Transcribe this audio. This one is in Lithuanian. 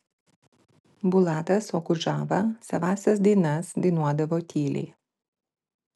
bulatas okudžava savąsias dainas dainuodavo tyliai